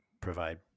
provide